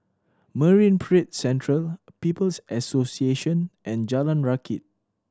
Marine Parade Central People's Association and Jalan Rakit